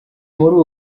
muri